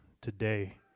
today